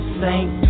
saint